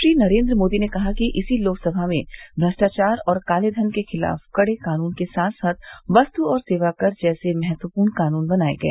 श्री नरेन्द्र मोदी ने कहा कि इसी लोकसभा में भ्रष्टाचार और काले धन के खिलाफ कड़े कानून के साथ साथ वस्तु और सेवा कर जैसे महत्वपूर्ण कानून बनाए गए